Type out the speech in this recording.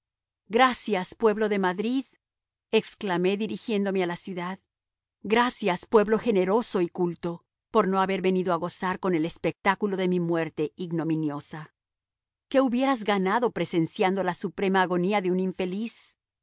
gracias pueblo de madrid exclamé dirigiéndome a la ciudad gracias pueblo generoso y culto por no haber venido a gozar con el espectáculo de mi muerte ignominiosa qué hubieras ganado presenciando la suprema agonía de un infeliz